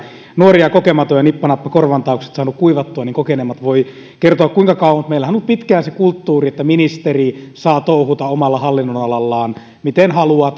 kokematon ja nippa nappa korvantaukset saanut kuivattua ja kokeneemmat voivat kertoa kuinka kauan se kulttuuri että ministeri saa touhuta omalla hallinnonalallaan miten haluaa